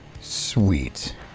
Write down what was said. Sweet